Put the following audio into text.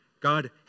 God